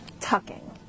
tucking